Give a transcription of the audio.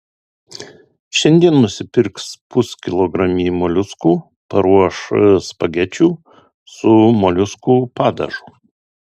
šiandien nusipirks puskilogramį moliuskų paruoš spagečių su moliuskų padažu